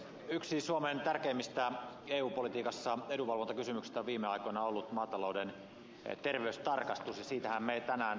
yksi suomen tärkeimmistä edunvalvontakysymyksistä eu politiikassa on viime aikoina ollut maatalouden terveystarkastus ja siitähän me tänään ratkaisun saimme